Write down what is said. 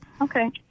Okay